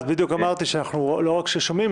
בדיוק אמרתי שלא רק שאנחנו שומעים,